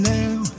now